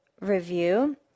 review